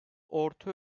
orta